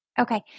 Okay